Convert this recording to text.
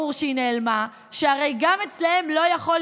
אנחנו לא נושאים במשרות האלה ולא מובילים